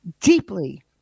deeply